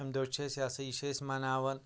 اَمہِ دۄہ چھِ أسۍ یہِ ہَسا یہِ چھِ أسۍ مَناوَان